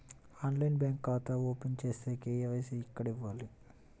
ఆన్లైన్లో బ్యాంకు ఖాతా ఓపెన్ చేస్తే, కే.వై.సి ఎక్కడ ఇవ్వాలి?